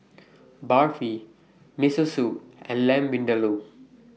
Barfi Miso Soup and Lamb Vindaloo